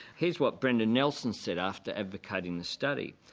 here's what brendan nelson said after advocating the study,